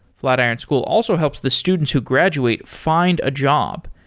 flatiron school also helps the students who graduate find a job.